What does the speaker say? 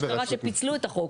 פיצלו את החוק.